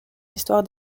histoire